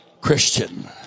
Christian